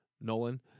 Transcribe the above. Nolan